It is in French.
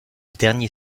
dernier